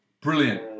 Brilliant